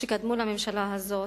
שקדמו לממשלה הזאת,